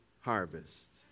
harvest